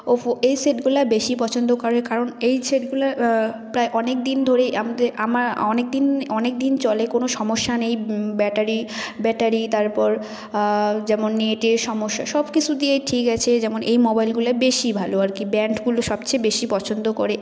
Oppo এই সেটগুলো বেশি পছন্দ করে কারণ এই সেটগুলো প্রায় অনেকদিন ধরেই আমাদের আমার অনেকদিন অনেকদিন চলে কোনও সমস্যা নেই ব্যাটারি ব্যাটারি তারপর যেমন নেটের সমস্যা সবকিছু দিয়েই ঠিক আছে যেমন এই মোবাইলগুলা বেশি ভালো আর কি ব্র্যাণ্ডগুলো সবচেয়ে বেশি পছন্দ করে